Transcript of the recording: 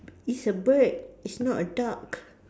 it's a bird it's not a duck